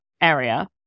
area